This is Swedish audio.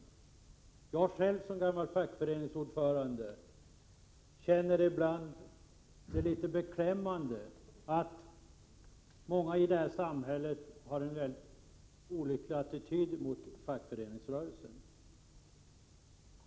Jag känner ibland själv, som gammal fackföreningsordförande, att det är litet beklämmande att många i det här samhället har en olycklig attityd gentemot fackföreningsrörelsen.